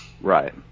right